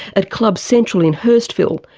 at club central in hurstville,